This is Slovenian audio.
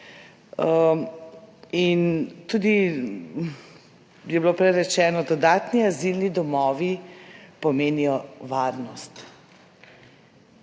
In tudi je bilo prej rečeno, dodatni azilni domovi pomenijo varnost.